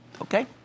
Okay